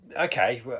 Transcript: okay